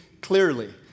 clearly